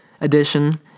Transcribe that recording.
edition